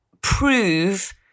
prove